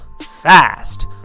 fast